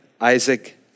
Isaac